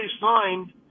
signed